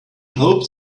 hoped